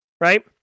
right